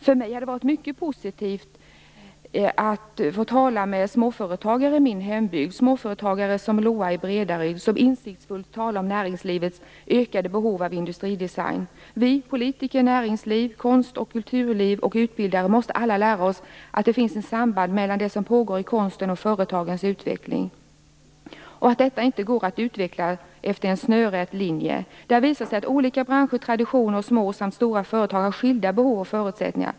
För mig har det varit mycket positivt att få tala med småföretagare i min hembygd, t.ex. LOAS i Bredaryd, som insiktsfullt talar om näringslivets ökade behov av industridesign. Vi politiker och folk inom näringsliv, konst och kulturliv samt utbildare måste alla lära oss att det finns ett samband mellan det som pågår i konsten och företagens utveckling. Detta går inte att utveckla efter en snörrät linje. Det har visat sig att olika branscher har olika traditioner, och att små och stora företag har skilda behov och förutsättningar.